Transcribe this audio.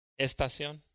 Estación